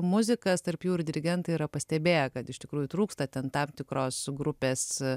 muzikas tarp jų ir dirigentai yra pastebėję kad iš tikrųjų trūksta ten tam tikros grupės